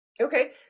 Okay